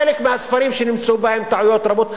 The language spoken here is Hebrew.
חלק מהספרים שנמצאו בהם טעויות רבות,